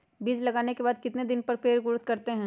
बीज लगाने के बाद कितने दिन बाद पर पेड़ ग्रोथ करते हैं?